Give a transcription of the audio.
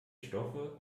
stoffe